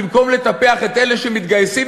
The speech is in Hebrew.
במקום לטפח את אלה שמתגייסים,